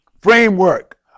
framework